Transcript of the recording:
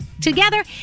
together